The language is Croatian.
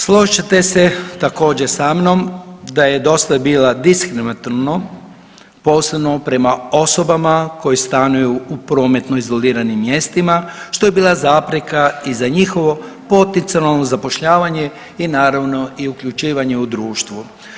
Složit ćete se također sa mnom da je dosta bilo diskriminatorno posebno prema osobama koji stanuju u prometno izoliranim mjestima što je bila zapreka i za njihovo potencijalno zapošljavanje i naravno i uključivanje u društvo.